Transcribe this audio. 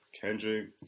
Kendrick